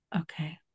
Okay